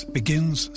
begins